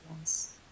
Yes